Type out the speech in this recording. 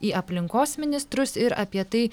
į aplinkos ministrus ir apie tai